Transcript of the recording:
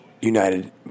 United